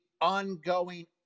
ongoing